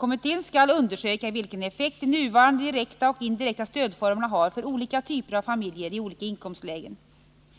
Kommittén skall undersöka vilken effekt de nuvarande direkta och indirekta stödformerna har för olika typer av familjer i olika inkomstlägen.